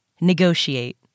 Negotiate